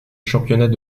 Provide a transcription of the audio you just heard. championnat